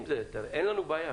אין לנו בעיה,